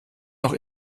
noch